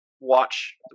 watch